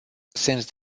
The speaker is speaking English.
since